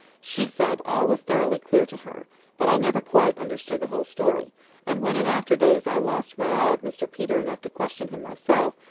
she said all was thoroughly clear to her but i never quite understood the whole story and when in after days i lost my awe of mr peter enough to question him myself,